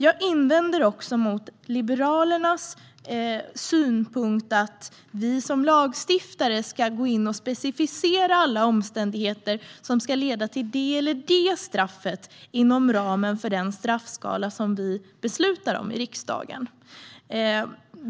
Jag invänder mot Liberalernas synpunkt att vi som lagstiftare ska gå in och specificera alla omständigheter som ska leda till det ena eller det andra straffet inom ramen för den straffskala som vi beslutar om i riksdagen.